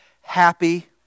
happy